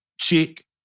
Chick